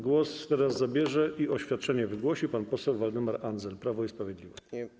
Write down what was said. Głos teraz zabierze i oświadczenie wygłosi pan poseł Waldemar Andzel, Prawo i Sprawiedliwość.